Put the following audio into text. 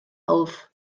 auf